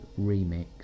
Remix